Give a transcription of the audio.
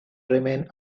remain